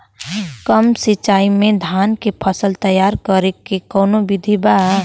कम सिचाई में धान के फसल तैयार करे क कवन बिधि बा?